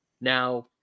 Now